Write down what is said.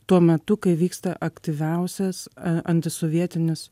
tuo metu kai vyksta aktyviausias antisovietinis